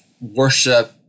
worship